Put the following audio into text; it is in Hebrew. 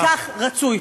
כך רצוי.